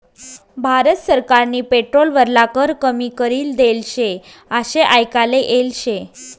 भारत सरकारनी पेट्रोल वरला कर कमी करी देल शे आशे आयकाले येल शे